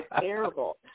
terrible